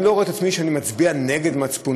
אני לא רואה את עצמי מצביע נגד מצפוני.